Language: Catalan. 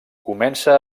comença